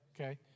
Okay